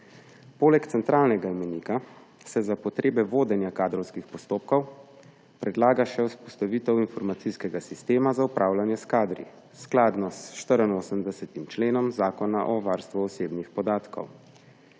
Poleg centralnega imenika se za potrebe vodenja kadrovskih postopkov predlaga še vzpostavitev informacijskega sistema za upravljanje s kadri skladno s 84. členom Zakona o varstvu osebnih podatkov,